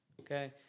Okay